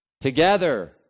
together